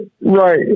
Right